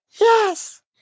Yes